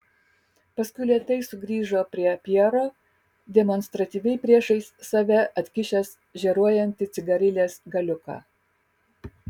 paskui lėtai sugrįžo prie pjero demonstratyviai priešais save atkišęs žėruojantį cigarilės galiuką